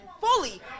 Fully